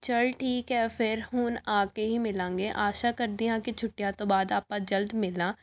ਚਲ ਠੀਕ ਹੈ ਫਿਰ ਹੁਣ ਆ ਕੇ ਹੀ ਮਿਲਾਂਗੇ ਆਸ਼ਾ ਕਰਦੀ ਹਾਂ ਕਿ ਛੁੱਟੀਆਂ ਤੋਂ ਬਾਅਦ ਆਪਾਂ ਜਲਦ ਮਿਲਾਂ